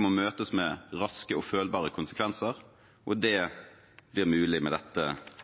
må møtes med raske og følbare konsekvenser. Det blir mulig med dette